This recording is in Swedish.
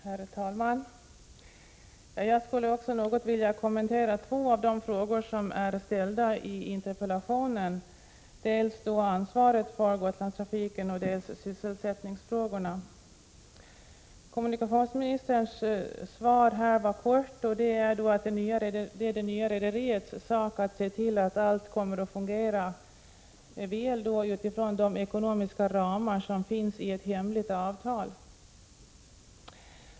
Herr talman! Jag skulle något vilja kommentera två av de frågor som är ställda i interpellationen, dels den som gäller ansvaret för Gotlandstrafiken, dels den som avser sysselsättningskonsekvenserna. Kommunikationsministern svarar helt kort att det är det nya rederiets sak att se till att allt kommer att fungera utifrån de ekonomiska ramar som finns i ett hemligt avtal.